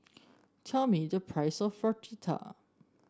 tell me the price of Fritada